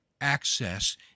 access